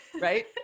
right